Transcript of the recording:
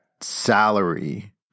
salary